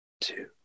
two